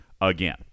again